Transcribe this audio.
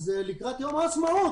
אז לקראת יום העצמאות,